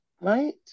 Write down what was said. right